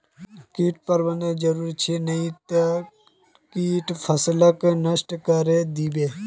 कीट प्रबंधन जरूरी छ नई त कीट फसलक नष्ट करे दीबे